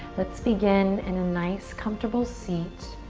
let's begin in a nice, comfortable seat.